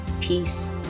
peace